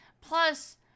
plus